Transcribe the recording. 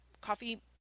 coffee